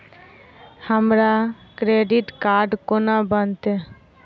हमरा credit card कोना बनतै?